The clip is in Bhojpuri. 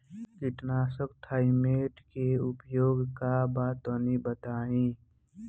कीटनाशक थाइमेट के प्रयोग का बा तनि बताई?